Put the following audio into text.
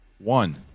one